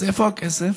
אז איפה הכסף?